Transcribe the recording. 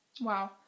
Wow